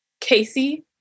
Casey